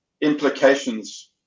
implications